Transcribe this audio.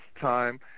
time